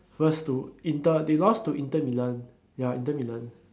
first to inter they lost to inter Milan ya inter Milan